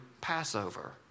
passover